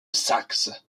saxe